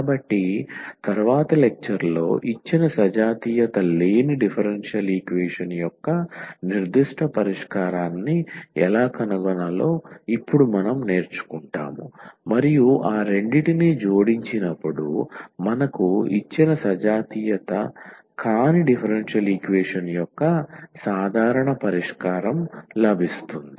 కాబట్టి తరువాతి లెక్చర్లో ఇచ్చిన సజాతీయత లేని డిఫరెన్షియల్ ఈక్వేషన్ యొక్క నిర్దిష్ట పరిష్కారాన్ని ఎలా కనుగొనాలో ఇప్పుడు మనం నేర్చుకుంటాము మరియు ఆ రెండింటిని జోడించినప్పుడు మనకు ఇచ్చిన సజాతీయత కాని డిఫరెన్షియల్ ఈక్వేషన్ యొక్క సాధారణ పరిష్కారం లభిస్తుంది